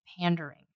pandering